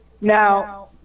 Now